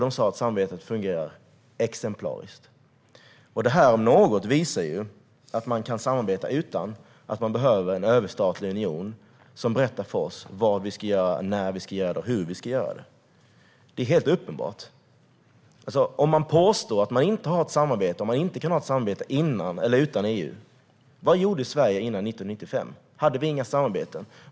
De sa att samarbetet fungerar exemplariskt. Detta om något visar ju att vi kan samarbeta utan att vi behöver en överstatlig union som berättar för oss vad vi ska göra, när vi ska göra det och hur vi ska göra det. Det är helt uppenbart. Om man påstår att vi inte kan ha ett samarbete utan EU, vad gjorde då Sverige före 1995? Hade vi inga samarbeten?